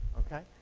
ok?